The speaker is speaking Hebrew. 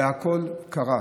והכול קרס.